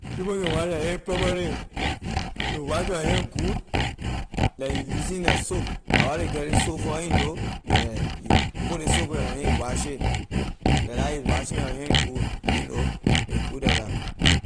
People can wash la hand properly you wash your hand good like you using like soap la why ley get ley soap for you know yeah you put ley soap on your hand you wash it like that you washing your hand good you know a good like that.